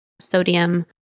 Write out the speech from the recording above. sodium